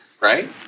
right